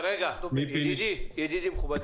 מכובדי,